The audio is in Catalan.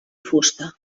fusta